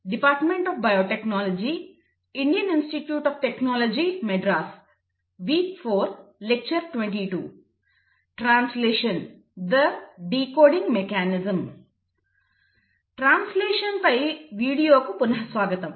translation "the decoding mechanism" translation పై వీడియోకు పునః స్వాగతం